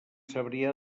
cebrià